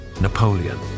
Napoleon